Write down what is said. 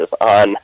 on